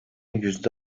yüzde